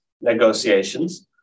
negotiations